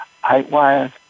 height-wise